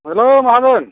hello माहाजोन